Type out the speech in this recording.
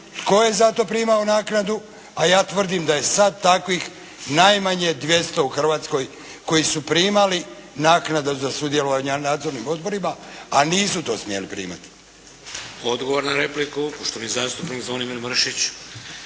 tko je za to primao naknadu, a ja tvrdim da je sada takvih najmanje 200 u Hrvatskoj koji su primali naknade za sudjelovanje u nadzornim odborima, a nisu to smjeli primati. **Šeks, Vladimir (HDZ)** Odgovor na repliku, poštovani zastupnik Zvonimir Mršić.